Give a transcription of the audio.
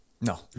no